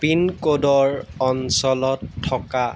পিনক'ডৰ অঞ্চলত থকা